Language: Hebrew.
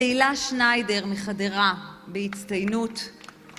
תהילה שניידר מחדרה בהצטיינות.